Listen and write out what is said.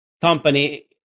company